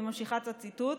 אני ממשיכה את הציטוט.